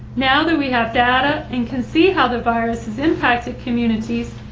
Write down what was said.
now that we have data and can see how the virus has impacted communities,